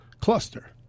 cluster